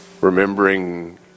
Remembering